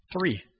Three